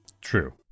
True